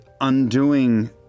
undoing